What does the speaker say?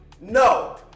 No